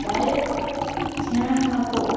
गायक थियण खां पोइ